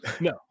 No